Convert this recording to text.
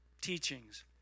teachings